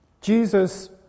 Jesus